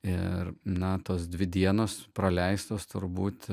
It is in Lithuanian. ir natos dvi dienos praleistos turbūt